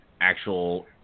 actual